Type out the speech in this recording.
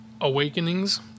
Awakenings